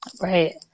Right